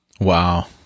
Wow